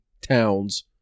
towns